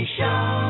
Show